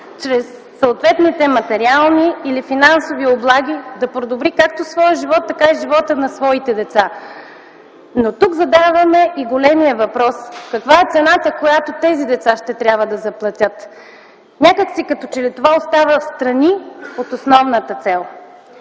чрез съответните материални или финансови облаги ще подобри както своя живот, така и живота на своите деца. Тук задаваме големия въпрос: каква е цената, която тези деца ще трябва да заплатят? Някак си като че ли това остава встрани от основната цел.